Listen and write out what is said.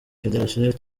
federation